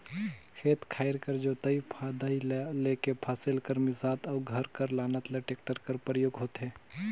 खेत खाएर कर जोतई फदई ल लेके फसिल कर मिसात अउ घर कर लानत ले टेक्टर कर परियोग होथे